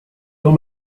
dans